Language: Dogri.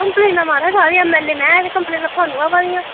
कम्पलेनां म्हाराज एमएलए में ते कम्पलेनां थाह्नूं आवा दियां